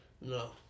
No